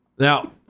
Now